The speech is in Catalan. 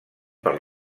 per